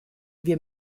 wir